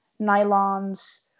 nylons